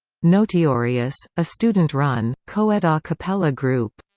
noteorious, a student-run, co-ed ah a cappella group